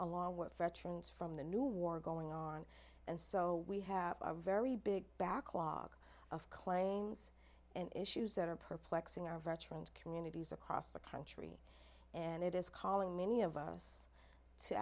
along with veterans from the new war going on and so we have a very big backlog of claims and issues that are perplexing our veterans communities across the country and it is calling many of us to